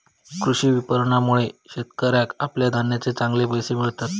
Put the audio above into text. कृषी विपणनामुळे शेतकऱ्याका आपल्या धान्याचे चांगले पैशे मिळतत